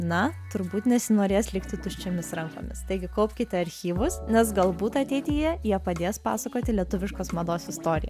na turbūt nesinorės likti tuščiomis rankomis taigi kaupkite archyvus nes galbūt ateityje jie padės pasakoti lietuviškos mados istoriją